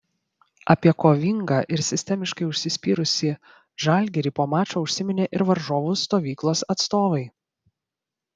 apie kovingą ir sistemiškai užsispyrusį žalgirį po mačo užsiminė ir varžovų stovyklos atstovai